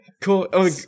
Cool